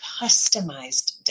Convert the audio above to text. customized